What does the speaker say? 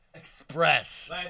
Express